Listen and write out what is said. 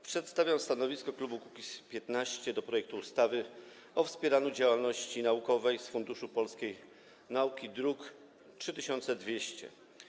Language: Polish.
Przedstawiam stanowisko klubu Kukiz’15 wobec projektu ustawy o wspieraniu działalności naukowej z Funduszu Polskiej Nauki, druk nr 3200.